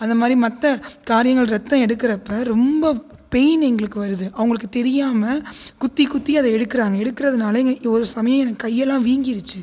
அந்தமாதிரி மற்ற காரியங்கள் ரத்தம் எடுக்கிறப்ப ரொம்ப பெயின் எங்களுக்கு வருது அவங்களுக்கு தெரியாமல் குத்தி குத்தி அதை எடுக்கிறாங்க எடுக்கிறனால ஒரு சமயம் எனக்கு கையெல்லாம் வீங்கிடுச்சு